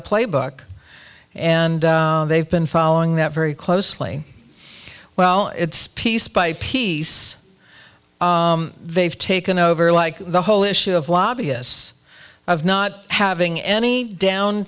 a playbook and they've been following that very closely well it's piece by piece they've taken over like the whole issue of lobbyists of not having any down